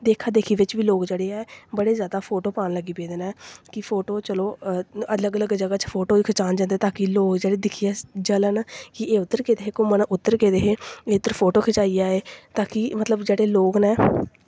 देखा देखी बिच्च बी लोक जेह्ड़े ऐ बड़े जादा फोटो पान लगी पेदे न कि फोटो चलो अलग अलग जगह् च फोटो खचान जंदे ताकि लोग जेह्ड़े दिक्खियै जलन कि एह् उद्धर गेदे हे घूमन उद्धर गेदे हे एह् उद्धर फोटो खचाई आए ताकि मतलब जेह्ड़े लोक न